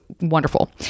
wonderful